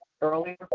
earlier